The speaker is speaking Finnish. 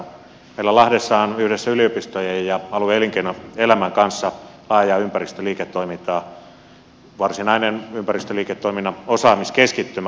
meillähän on lahdessa yhdessä yliopistojen ja alueen elinkeinoelämän kanssa laajaa ympäristöliiketoimintaa varsinainen ympäristöliiketoiminnan osaamiskeskittymä